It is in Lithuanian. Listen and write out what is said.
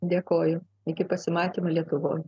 dėkoju iki pasimatymo lietuvoj